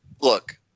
Look